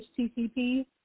http